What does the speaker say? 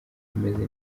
bimeze